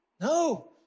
No